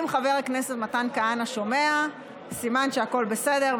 אם חבר הכנסת מתן כהנא שומע, סימן שהכול בסדר.